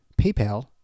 PayPal